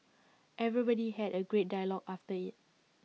everybody had A great dialogue after IT